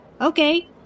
Okay